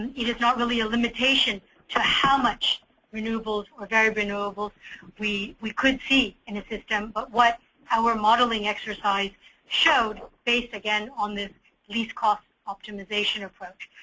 and it is not really a limitation to how much renewable or variable renewable we we could see in the system but what our modeling exercise showed based again this least cost optimization approach.